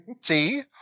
See